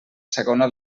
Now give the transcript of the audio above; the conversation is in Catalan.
segona